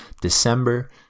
December